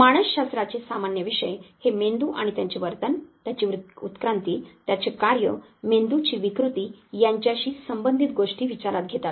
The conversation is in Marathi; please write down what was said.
मानसशास्त्राचे सामान्य विषय हे मेंदू आणि त्याचे वर्तन त्याची उत्क्रांती त्याचे कार्य मेंदूची विकृती यांच्याशी संबंधित गोष्टी विचारात घेतात